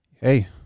Hey